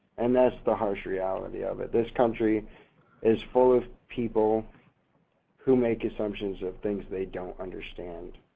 and that's the harsh reality of it. this country is full of people who make assumptions of things they don't understand.